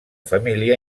família